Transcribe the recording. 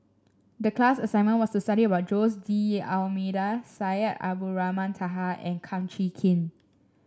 the class assignment was to study about Jose D'Almeida Syed Abdulrahman Taha and Kum Chee Kin